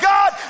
God